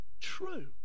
true